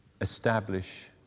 establish